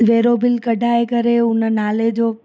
वेरो bill कढाए करे हुन नाले जो